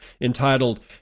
entitled